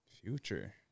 Future